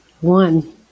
One